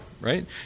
right